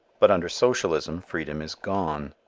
but under socialism freedom is gone.